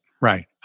right